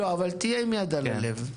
תהיה עם יד על הלב.